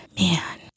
man